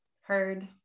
heard